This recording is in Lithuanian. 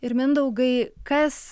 ir mindaugai kas